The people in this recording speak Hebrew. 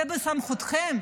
זה בסמכותכם,